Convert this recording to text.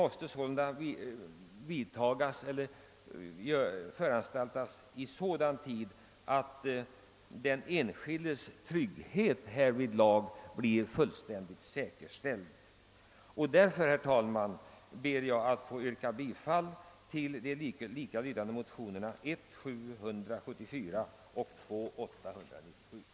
Utredningen måste göras i så god tid att den enskildes trygghet säkerställs. Herr talman! Med det sagda ber jag att få yrka bifall till de likalydande motionerna I: 774 och II: 897.